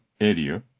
area